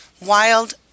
wild